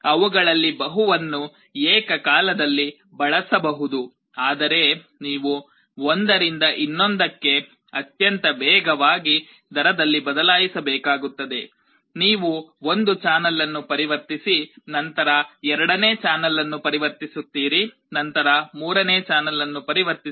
ಅವುಗಳಲ್ಲಿ ಬಹುವನ್ನು ಏಕಕಾಲದಲ್ಲಿ ಬಳಸಬಹುದು ಆದರೆ ನೀವು ಒಂದರಿಂದ ಇನ್ನೊಂದಕ್ಕೆ ಅತ್ಯಂತ ವೇಗವಾಗಿ ದರದಲ್ಲಿ ಬದಲಾಯಿಸಬೇಕಾಗುತ್ತದೆ ನೀವು ಒಂದು ಚಾನಲ್ ಅನ್ನು ಪರಿವರ್ತಿಸಿ ನಂತರ ಎರಡನೇ ಚಾನಲ್ ಅನ್ನು ಪರಿವರ್ತಿಸುತ್ತೀರಿ ನಂತರ ಮೂರನೇ ಚಾನಲ್ ಅನ್ನು ಪರಿವರ್ತಿಸಿ